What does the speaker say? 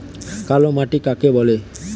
কালো মাটি কাকে বলে?